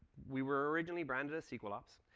we were originally branded as sql ops.